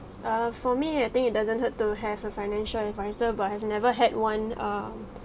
err for me I think it doesn't hurt to have a financial adviser but I have never had one um